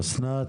אסנת.